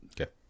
Okay